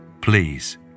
Please